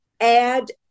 add